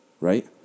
right